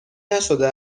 نشده